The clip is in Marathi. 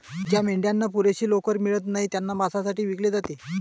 ज्या मेंढ्यांना पुरेशी लोकर मिळत नाही त्यांना मांसासाठी विकले जाते